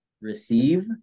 receive